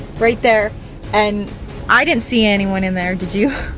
right there and i didn't see anyone in there, did you?